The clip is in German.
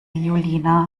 julina